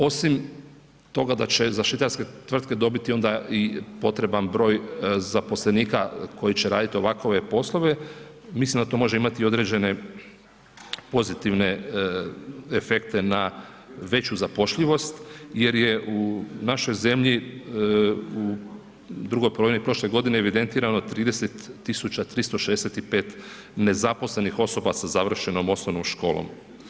Osim toga da će zaštitarske tvrtke dobiti onda i potreban broj zaposlenika koji će raditi ovakove poslove, mislim da to može imati određene pozitivne efekte na veću zapošljivost jer je u našoj zemlji u drugoj polovini prošle godine evidentirano 30.365 nezaposlenih osoba sa završenom osnovnom školom.